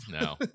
No